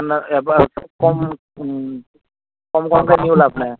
আপোনাৰ এবাৰ কম কম কমকে নিও লাভ নাই